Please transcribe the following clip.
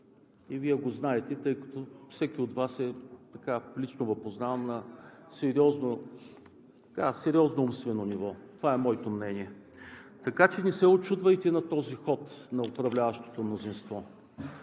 И вие го знаете, тъй като всеки от Вас – лично Ви познавам, е на сериозно умствено ниво. Това е моето мнение. Така че не се учудвайте на този ход на управляващото мнозинство.